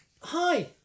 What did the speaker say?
Hi